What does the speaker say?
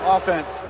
Offense